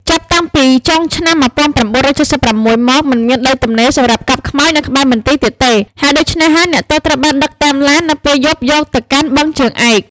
ចាប់តាំងពី ចុងឆ្នាំ១៩៧៦មក មិនមានដីទំនេរសម្រាប់កប់ខ្មោចនៅក្បែរមន្ទីរទៀតទេ ហេតុដូច្នេះហើយអ្នកទោសត្រូវបានដឹកតាមឡាន នៅពេលយប់យកទៅកាន់បឹងជើងឯក ។